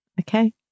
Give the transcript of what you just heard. Okay